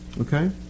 okay